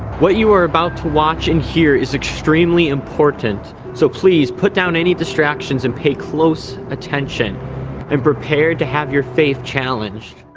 what you are about to watch and hear is extremely important? so please put down any distractions and pay close attention and prepared to have your faith challenged